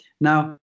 now